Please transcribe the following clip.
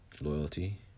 loyalty